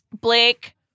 Blake